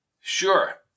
Sure